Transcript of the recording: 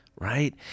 right